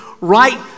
right